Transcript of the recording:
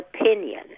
opinion